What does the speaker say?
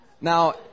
Now